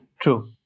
True